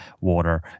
water